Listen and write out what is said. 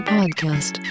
Podcast